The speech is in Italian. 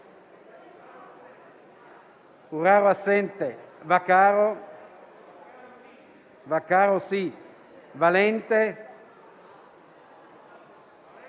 Vincenzo,